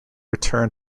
return